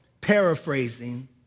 paraphrasing